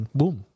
boom